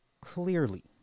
Clearly